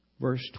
verse